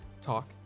talk